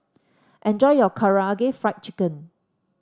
enjoy your Karaage Fried Chicken